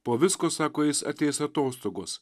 po visko sako jis ateis atostogos